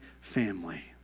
family